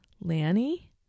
Lanny